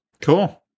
Cool